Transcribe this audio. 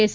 S